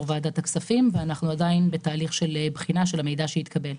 ועדת הכספים ואנחנו עדיין נמצאים בבחינה של המידע שנתקבל.